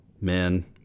men